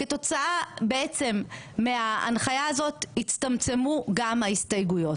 כתוצאה מההנחיה הזאת הצטמצם מספר ההסתייגויות.